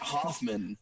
Hoffman